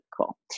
cool